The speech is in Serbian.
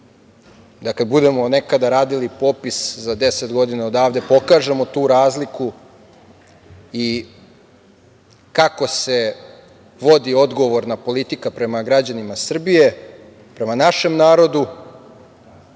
da kada budemo nekada radili popis, za deset godina odavde, pokažemo tu razliku i kako se vodi odgovorna politika prema građanima Srbije, prema našem